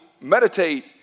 meditate